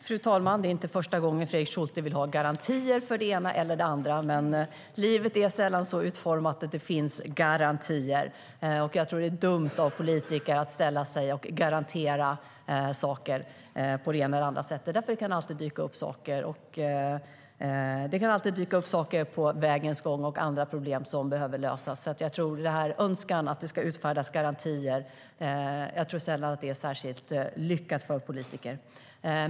Fru talman! Det är inte första gången som Fredrik Schulte vill ha garantier för det ena eller det andra. Men livet är sällan så utformat att det finns garantier. Jag tror att det är dumt av politiker att garantera saker. Det kan alltid dyka upp problem under vägen som behöver lösas. Det är sällan särskilt lyckat att politiker utfärdar garantier.